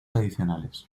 adicionales